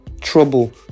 trouble